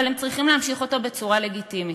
אבל הם צריכים להמשיך אותו בצורה לגיטימית.